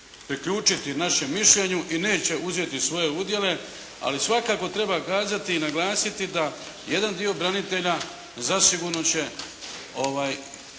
priključiti našem mišljenju i neće uzeti svoje udjele, ali svakako treba kazati i naglasiti da jedan dio branitelja zasigurno će uzeti